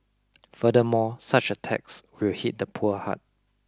furthermore such a tax will hit the poor hard